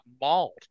mauled